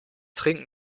trinken